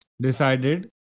decided